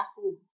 home